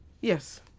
Yes